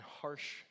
harsh